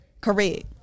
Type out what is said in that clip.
Correct